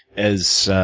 as